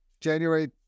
January